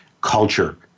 culture